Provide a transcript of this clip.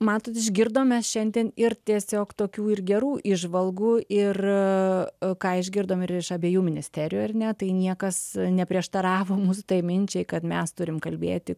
matot išgirdom mes šiandien ir tiesiog tokių ir gerų įžvalgų ir ką išgirdom ir iš abiejų ministerijų ar ne tai niekas neprieštaravo mūsų tai minčiai kad mes turim kalbėti